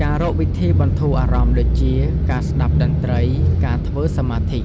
ការរកវិធីបន្ធូរអារម្មណ៍ដូចជា ការស្តាប់តន្ត្រី ការធ្វើសមាធិ